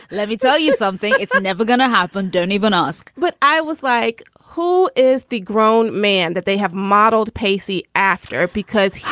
let me tell you something. it's never gonna happen. don't even ask. but i was like, who is the grown man that they have modeled pacey after? because he